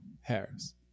Harris